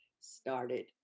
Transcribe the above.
started